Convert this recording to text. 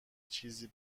چیزی